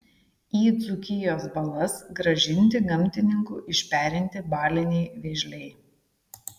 į dzūkijos balas grąžinti gamtininkų išperinti baliniai vėžliai